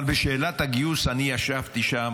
אבל בשאלת הגיוס, אני ישבתי שם.